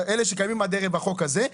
אלה שקיימים עד ערב החוק הזה.